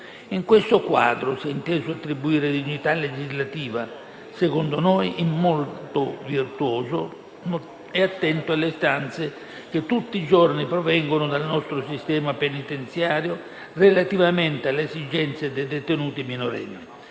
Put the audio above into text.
In questo quadro si è inteso attribuire dignità legislativa, secondo noi in modo virtuoso e attento alle istanze che tutti i giorni provengono dal nostro sistema penitenziario relativamente alle esigenze dei detenuti minorenni,